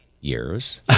years